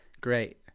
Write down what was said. great